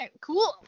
cool